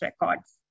records